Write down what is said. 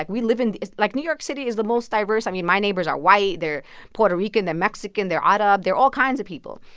like we live in like, new york city is the most diverse i mean, my neighbors are white. they're puerto rican. they're mexican. they're arab. they're all kinds of people.